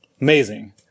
Amazing